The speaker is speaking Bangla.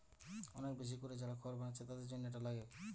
অনেক বেশি কোরে যারা খড় বানাচ্ছে তাদের জন্যে এটা লাগে